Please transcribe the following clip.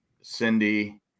Cindy